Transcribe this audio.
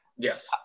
Yes